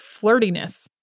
flirtiness